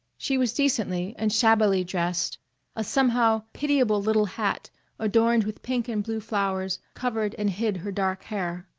she was decently and shabbily dressed a somehow pitiable little hat adorned with pink and blue flowers covered and hid her dark hair.